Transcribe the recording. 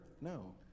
no